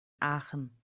aachen